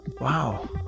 Wow